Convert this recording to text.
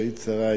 כשהיית שרה,